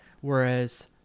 Whereas